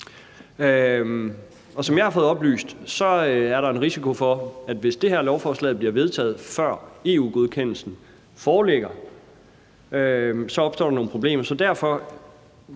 Som jeg har fået oplyst, er der en risiko for, at hvis det her lovforslag bliver vedtaget, før EU-godkendelsen foreligger, kan der opstå nogle problemer.